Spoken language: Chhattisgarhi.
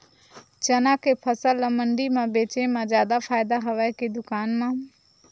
चना के फसल ल मंडी म बेचे म जादा फ़ायदा हवय के दुकान म?